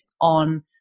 on